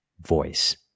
voice